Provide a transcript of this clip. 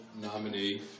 nominee